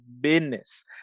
business